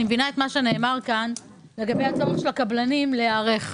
אני מבינה את מה שנאמר כאן לגבי הצורך של הקבלנים להיערך,